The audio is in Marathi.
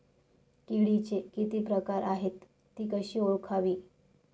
किडीचे किती प्रकार आहेत? ति कशी ओळखावी?